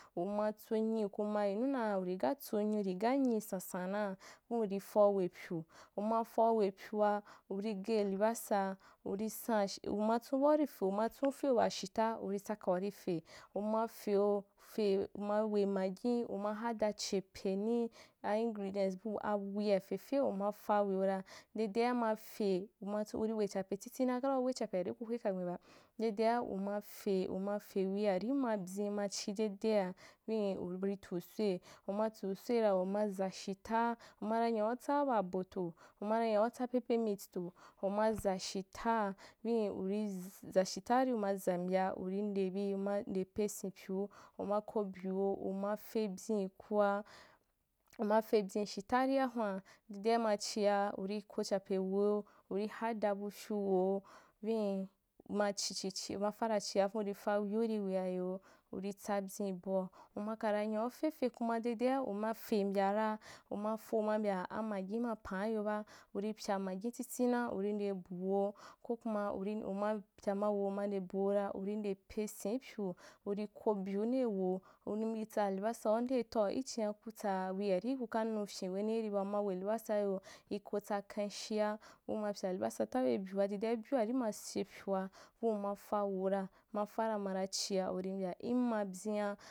Uma tsonyiku ma yinu naa urigaa nyi sansan naa, via urī fa wepyu, umafa we pyu a uri ghe libasa, urī san uma tsunba urì re umatsun ufeu bashita urí tsaka urìfe, uma feu fe urì we magin, uma hada chepeni, a ingredient buu, awia fefe uma fe weura dede’ama fe, unatsun urî we chape titina karīa uwe chape ari hwe kagbenba, dedɛa uma fe, uma fewia ri ma byin dedea, via urì tu soi, uma tu soi ram uma za shida umara nya utsa wa ba bo toh, uma nyau tsa pepe meat toh, uma za shitaa vin, uri zashita ari uma zambya urî, nde be uma pe senpyu uma ko byu weu, uma febyin, kua umafebyin shita arîa hun’a, dedea anachia uri ko chapeniwo urì hada bufyu weu vin machi chi ma fara chia vin uri fa wiu rì weayo, urìtsa byen boa, ukara nyou fefe kuma dede’a uma fe mbya ra, uma fo uma mbya amagi ma pan’ayoba, urì pya magita titina uro adeiyo ko kuma vîn uma pya ma weu uma nde bo weura uri nde pe sen ipyu urì ko byu ndei weu, urìtsa alibasau ndeutau, ichin’a ku tsaa wia ri kuka nufyin yiri ba, uma we libasa iyo iko tsa kanshia umapya ibasa ta be byua dede a byuarì mase pyua viu uma fa weura ma fara mara chia uri mbya’n ma byen’a.